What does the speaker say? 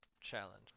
challenge